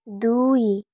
ଦୁଇ